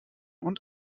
und